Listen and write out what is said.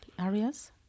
areas